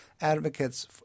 advocates